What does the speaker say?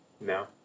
no